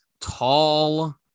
tall